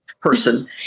person